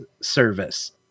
service